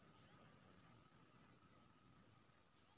चिकनी माटी मे केना फसल सही छै?